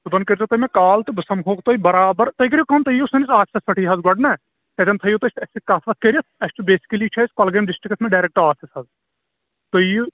صُبحن کٔرۍزیٚو تُہۍ مےٚ کال تہٕ بہٕ سمکھوو تۄہہِ برابر تُہۍ کٔرِو کٲم تُہۍ یِیِو سٲنِس آفسَس پیٚٹھٕے حظ گۄڈٕ نا تتیٚن تھٲوِو تُہۍ اَسہِ سۭتۍ کتھ وَتھ کٔرِتھ اَسہِ چھُ بیسکٕلی چھُ اَسہِ کۅلگٲمۍ ڈِسٹرکٹس منٛز ڈایریکٹ آفِس حظ تُہۍ یِیِو